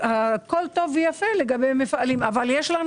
הכול טוב ויפה לגבי מפעלים אבל יש לנו